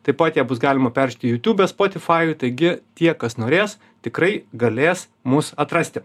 taip pat bus ją galima peršt jutiūbe spotifajuj taigi tie kas norės tikrai galės mus atrasti